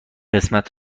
قسمت